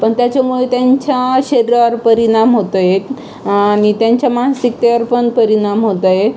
पण त्याच्यामुळे त्यांच्या शरीरावर परिणाम होतो आहे आणि त्यांच्या मानसिकतेवर पण परिणाम होत आहे